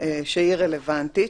שהיא רלוונטית,